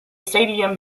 stadium